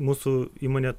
mūsų įmonė